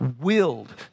willed